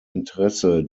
interesse